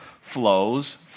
flows